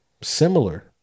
similar